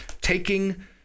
taking